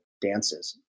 dances